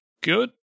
good